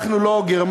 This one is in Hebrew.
אנחנו לא גרמניה,